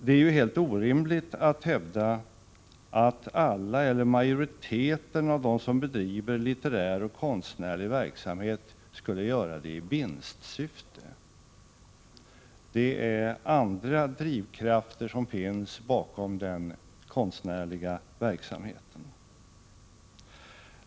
Det är helt orimligt att hävda att alla eller majoriteten av dem som bedriver litterär och konstnärlig verksamhet skulle göra det i vinstsyfte. Det är andra drivkrafter som finns bakom den konstnärliga verksamheten!